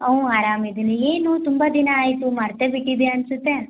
ಹ್ಞೂ ಆರಾಮ ಇದ್ದೀನಿ ಏನು ತುಂಬ ದಿನ ಆಯಿತು ಮರೆತೇ ಬಿಟ್ಟಿದ್ದೀಯ ಅನಿಸುತ್ತೆ